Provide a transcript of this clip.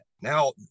Now